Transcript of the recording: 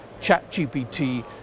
ChatGPT